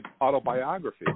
autobiography